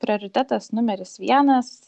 prioritetas numeris vienas